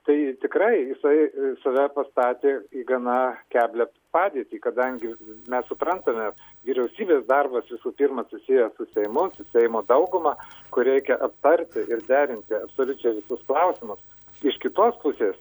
tai tikrai jisai save pastatė į gana keblią padėtį kadangi mes suprantame vyriausybės darbas visų pirma susijęs su seimu su seimo dauguma kur reikia aptarti ir derinti absoliučiai visus klausimus iš kitos pusės